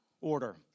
order